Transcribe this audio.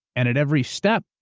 and at every step,